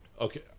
okay